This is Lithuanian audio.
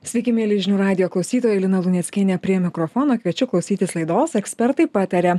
sveiki mieli žinių radijo klausytojai lina luneckienė prie mikrofono kviečiu klausytis laidos ekspertai pataria